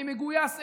אני מגויס אליו,